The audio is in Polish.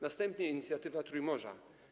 Następnie inicjatywa Trójmorza.